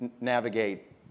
navigate